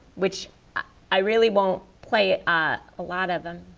which i really won't play a lot of them.